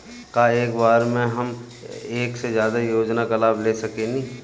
का एक बार में हम एक से ज्यादा योजना का लाभ ले सकेनी?